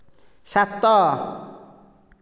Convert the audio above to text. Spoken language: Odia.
ସାତ